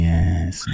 Yes